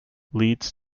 leads